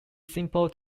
simple